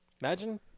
Imagine